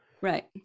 Right